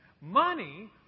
Money